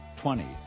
twenty